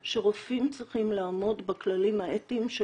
אני חושבת שרופאים צריכים לעמוד בכללים האתיים של